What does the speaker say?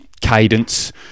cadence